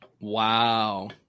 wow